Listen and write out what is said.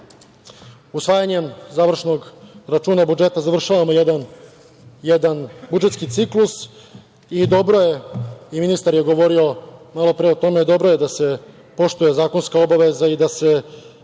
pozitivno. Usvajanjem završnog računa završavamo jedan budžetski ciklus i dobro je i ministar je govorio malopre o tome, dobro je da se poštu zakonska obaveza i da